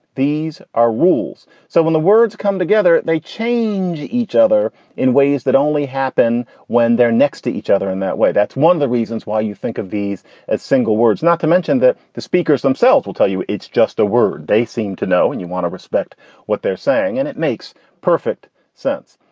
these are rules. so when the words come together, they change each other in ways that only happen when they're next to each other in that way. that's one of the reasons why you think of these ah single words, not to mention that the speakers themselves themselves will tell you it's just a word they seem to know and you want to respect what they're saying and it makes perfect sense.